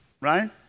right